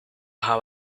how